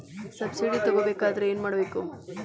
Subsidy ತಗೊಬೇಕಾದರೆ ಏನು ಮಾಡಬೇಕು?